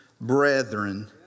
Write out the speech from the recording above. brethren